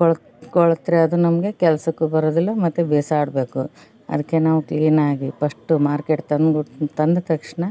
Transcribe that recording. ಕೊಳ್ತು ಕೊಳೆತ್ರೆ ಅದು ನಮಗೆ ಕೆಲಸಕ್ಕೂ ಬರೋದಿಲ್ಲ ಮತ್ತೆ ಬಿಸಾಡಬೇಕು ಅದಕ್ಕೆ ನಾವು ಕ್ಲೀನಾಗಿ ಪಶ್ಟು ಮಾರ್ಕೆಟ್ ತಂದ್ಬಿಟ್ಟು ತಂದ ತಕ್ಷಣ